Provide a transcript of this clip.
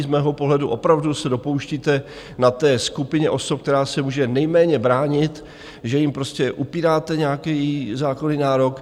Z mého pohledu opravdu se dopouštíte na té skupině osob, která se může nejméně bránit, že jim prostě upíráte nějaký zákonný nárok.